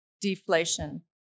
deflation